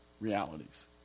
realities